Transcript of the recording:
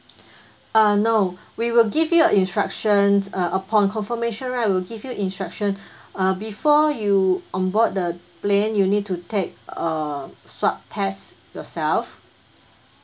uh no we will give me a instructions uh upon confirmation right we'll give you instruction uh before you on board the plane you need to take a swab test yourself